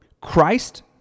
Christ